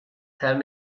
help